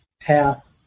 path